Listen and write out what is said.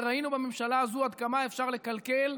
וראינו בממשלה הזו עד כמה אפשר לקלקל,